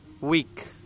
week